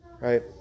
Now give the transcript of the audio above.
right